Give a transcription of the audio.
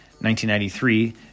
1993